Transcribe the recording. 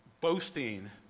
boasting